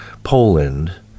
Poland